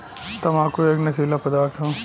तम्बाकू एक नसीला पदार्थ हौ